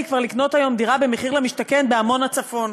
לקנות היום דירה במחיר למשתכן בעמונה-צפון,